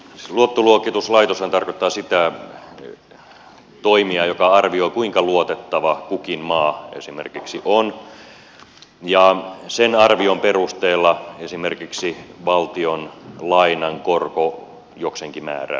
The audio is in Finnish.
luottoluokituslaitoshan tarkoittaa sitä toimijaa joka arvioi kuinka luotettava esimerkiksi kukin maa on ja sen arvion perusteella esimerkiksi valtion lainan korko jokseenkin määräytyy